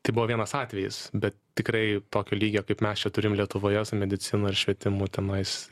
tai buvo vienas atvejis bet tikrai tokio lygio kaip mes čia turim lietuvoje su medicina ir švietimu tenais